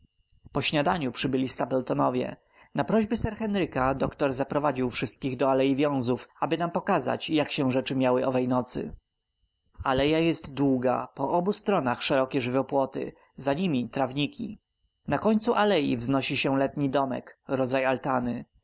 po śniadaniu przybyli stapletonowie na prośby sir henryka doktor zaprowadził nas wszystkich do alei wiązów aby nam pokazać jak się rzeczy miały owej nocy aleja jest długa po obu stronach szerokie żywopłoty za nimi trawniki na końcu alei wznosi się letni domek rodzaj altany